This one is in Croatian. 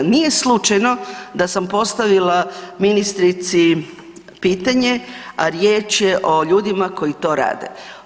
Nije slučajno da sam postavila ministrici pitanje, a riječ je o ljudima koji to rade.